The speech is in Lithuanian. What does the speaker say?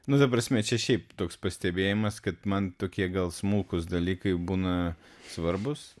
nu ta prasme čia šiaip toks pastebėjimas kad man tokie gal smulkūs dalykai būna svarbūs